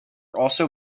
also